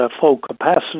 full-capacity